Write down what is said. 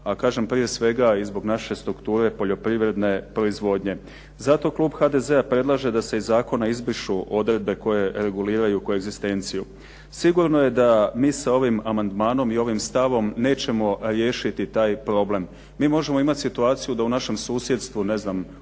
A kažem prije svega i zbog naše strukture poljoprivredne proizvodnje. Zato klub HDZ-a predlaže da se iz zakona izbrišu odredbe koje reguliraju koegzistenciju. Sigurno je da mi sa ovim amandmanom i ovim stavom nećemo riješiti taj problem. Mi možemo imati situaciju da u našem susjedstvu ne znam